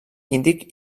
índic